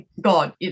god